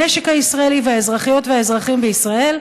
המשק הישראלי והאזרחיות והאזרחים בישראל,